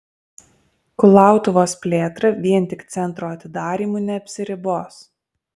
kulautuvos plėtra vien tik centro atidarymu neapsiribos